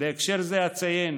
בהקשר זה אציין